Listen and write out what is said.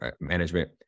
management